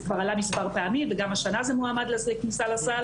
זה כבר עלה מספר פעמים וגם השנה זה מועמד לכניסה לסל.